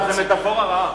אבל זו מטאפורה רעה.